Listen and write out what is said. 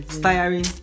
tiring